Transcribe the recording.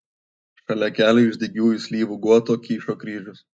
šalia kelio iš dygiųjų slyvų guoto kyšo kryžius